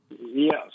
Yes